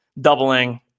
doubling